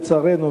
לצערנו,